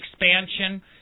expansion